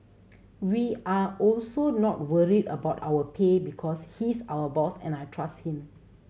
we are also not worried about our pay because he's our boss and I trust him